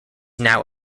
now